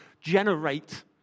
generate